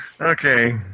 Okay